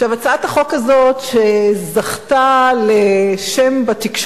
הצעת החוק הזאת, שזכתה בתקשורת